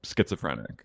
schizophrenic